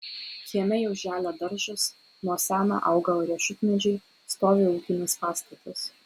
kieme jau želia daržas nuo seno auga riešutmedžiai stovi ūkinis pastatas